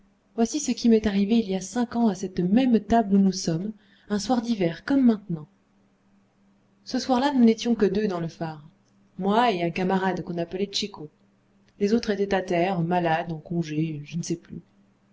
voici ce qui m'est arrivé il y a cinq ans à cette même table où nous sommes un soir d'hiver comme maintenant ce soir-là nous n'étions que deux dans le phare moi et un camarade qu'on appelait tchéco les autres étaient à terre malades en congé je ne sais plus